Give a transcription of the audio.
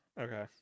Okay